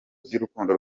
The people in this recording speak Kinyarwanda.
by’urukundo